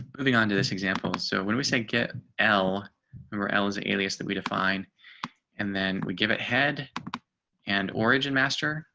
moving on to this example. so when we say get l um or ellis alias that we defined and then we give it head and origin master.